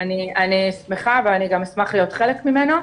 אני אשמח להיות חלק ממנו.